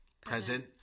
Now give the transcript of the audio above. present